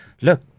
look